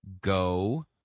go